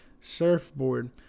surfboard